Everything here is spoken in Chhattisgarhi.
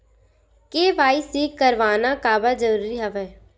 के.वाई.सी करवाना काबर जरूरी हवय?